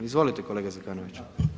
Izvolite kolega Zekanović.